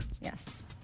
Yes